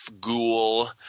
Ghoul